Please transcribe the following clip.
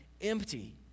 empty